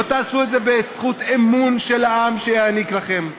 לא תעשו את זה בזכות אמון שיעניק לכם העם.